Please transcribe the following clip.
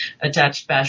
attached